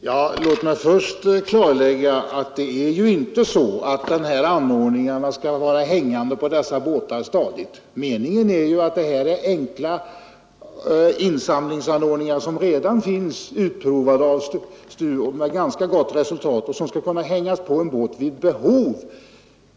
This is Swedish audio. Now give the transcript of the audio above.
Herr talman! Låt mig till att börja med klarlägga att de här anordningarna inte ständigt skall vara hängande på dessa båtar. Meningen är att de enkla anordningar som redan provats — med ganska gott resultat — skall kunna hängas på en båt vid behov.